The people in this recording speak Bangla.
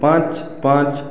পাঁচ পাঁচ